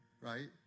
Right